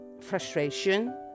frustration